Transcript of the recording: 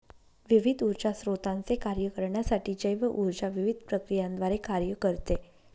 विविध ऊर्जा स्त्रोतांचे कार्य करण्यासाठी जैव ऊर्जा विविध प्रक्रियांद्वारे कार्य करते